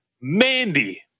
Mandy